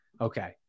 Okay